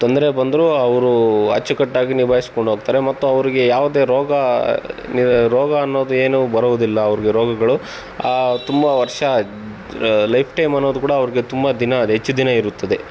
ತೊಂದರೆ ಬಂದರು ಅವ್ರು ಅಚ್ಚುಕಟ್ಟಾಗಿ ನಿಭಾಯಿಸ್ಕೊಂಡು ಹೋಗ್ತಾರೆ ಮತ್ತು ಅವ್ರಿಗೆ ಯಾವ್ದೇ ರೋಗ ರೋಗ ಅನ್ನೋದು ಏನು ಬರೋದಿಲ್ಲ ಅವ್ರಿಗೆ ರೋಗಗಳು ಆ ತುಂಬ ವರ್ಷ ಲೈಫ್ಟೈಮ್ ಅನ್ನೋದು ಕೂಡ ಅವ್ರಿಗೆ ತುಂಬ ದಿನ ಅದು ಹೆಚ್ ದಿನ ಇರುತ್ತದೆ